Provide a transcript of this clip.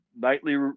nightly